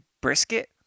brisket